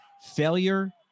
failure